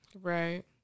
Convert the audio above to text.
Right